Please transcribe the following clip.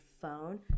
phone